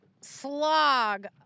slog